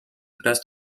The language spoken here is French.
classe